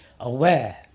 aware